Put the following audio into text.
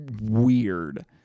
weird